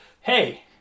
Hey